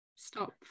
Stop